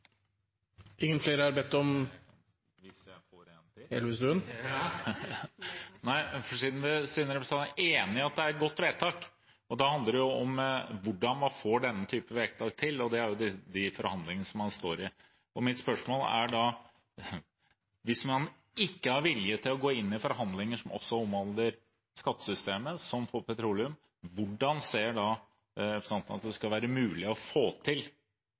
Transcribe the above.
representanten Bastholm enig i at det er et godt vedtak, og da handler det om hvordan man får denne typen vedtak til. Det er de forhandlingene man står i. Mitt spørsmål er da: Hvis man ikke har vilje til å gå inn i forhandlinger som også omhandler skattesystemet, som for petroleum, hvordan ser da representanten at det skal være mulig å få til